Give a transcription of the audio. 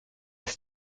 are